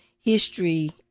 history